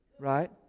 Right